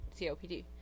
COPD